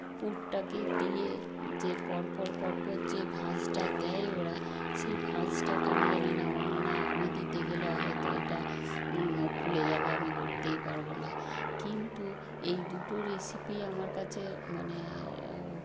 পুরটাকে দিয়ে যে পরপর পরপর যে ভাঁজটা দেয় ওরা সেই ভাঁজটা কেন জানি না আমার মনে হয় আমি দিতে গেলে হয়তো এটা ফুলে যাবে আমি করতেই পারবো না কিন্তু এই দুটো রেসিপিই আমার কাছে মানে ও